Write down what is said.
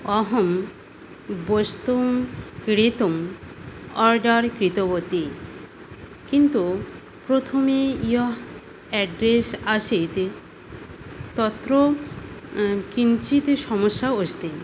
अहं वस्तुं क्रीतुं आर्डर् कृतवती किन्तु प्रथमे यः एड्रेस् आसीत् तत्र किञ्चित् समस्या अस्ति